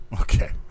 Okay